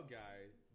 guys